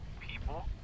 people